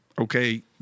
okay